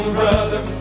brother